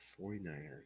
49ers